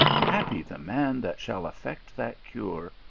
happy the man that shall effect that cure,